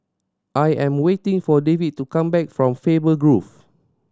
I am waiting for David to come back from Faber Grove